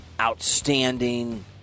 outstanding